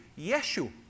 Yeshu